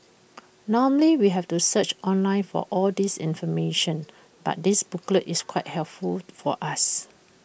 normally we have to search online for all this information but this booklet is quite helpful for us